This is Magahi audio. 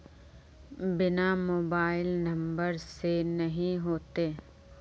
बिना मोबाईल नंबर से नहीं होते?